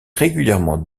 régulièrement